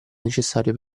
necessario